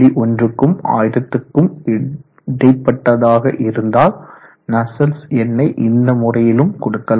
1 க்கும் 1000 க்கும் இடைப்பட்டதாக இருந்தால் நஸ்சல்ட்ஸ் எண் ஐ இந்த முறையிலும் கொடுக்கலாம்